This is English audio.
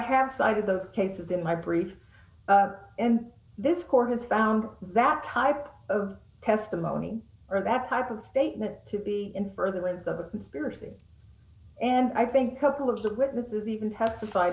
have cited those cases in my brief and this court has found that type of testimony or that type of statement to be in furtherance of a conspiracy and i think couple of the witnesses even testif